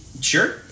Sure